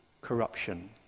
corruption